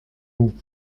nous